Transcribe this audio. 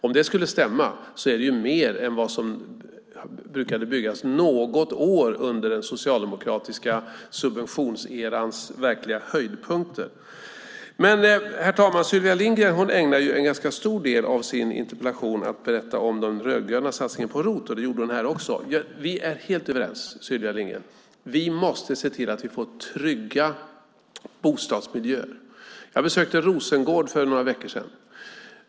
Om det skulle stämma är det mer än vad som byggdes något år under den socialdemokratiska subventionserans verkliga höjdpunkter. Herr talman! Sylvia Lindgren ägnar en ganska stor del av sin interpellation åt att berätta om den rödgröna satsningen på ROT, och det gjorde hon även i sitt inlägg här. Vi är helt överens, Sylvia Lindgren. Vi måste se till att vi får trygga bostadsmiljöer. Jag besökte Rosengård för några veckor sedan.